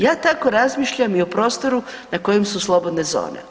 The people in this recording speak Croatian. Ja tako razmišljam i o prostoru na kojem su slobodne zone.